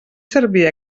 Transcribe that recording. servir